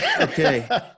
Okay